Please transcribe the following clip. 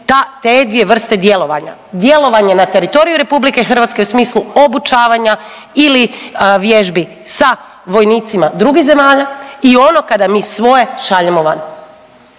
te dvije vrste djelovanja. Djelovanje na teritoriju RH u smislu obučavanja ili vježbi sa vojnicima drugih zemalja i ono kada mi svoje šaljemo van.